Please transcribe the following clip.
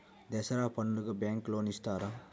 దసరా పండుగ bank loan ఇస్తారా?